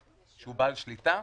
שהוא בעל שליטה,